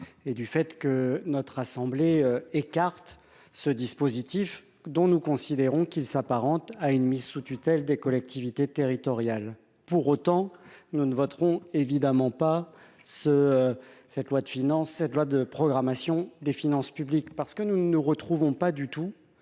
et du fait que notre assemblée écarte ce dispositif dont nous considérons qu'il s'apparente à une mise sous tutelle des collectivités territoriales, pour autant, nous ne voterons évidemment pas ce cette loi de finance cette loi de programmation des finances publiques parce que nous ne nous retrouvons pas du tout